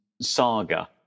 saga